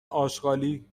آشغالی